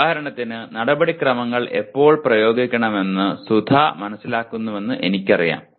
ഉദാഹരണത്തിന് നടപടിക്രമങ്ങൾ എപ്പോൾ പ്രയോഗിക്കാമെന്ന് സുധ മനസ്സിലാക്കുന്നുവെന്ന് എനിക്കറിയാം